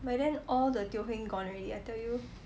but then all the teo heng gone already I tell you